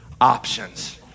options